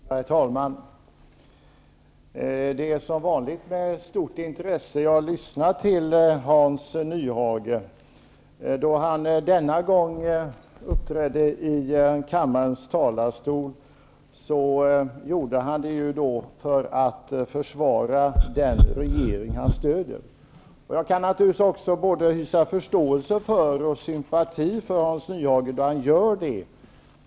Herr talman! Det är som vanligt med stort intresse som jag lyssnar till Hans Nyhage. Då han denna gång uppträder i kammarens talarstol gör han det för att försvara den regering han stöder. Jag kan naturligtvis ha förståelse och sympati för Hans Nyhage när han gör detta.